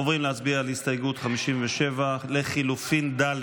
עוברים להצביע על הסתייגות 57 לחלופין ד'.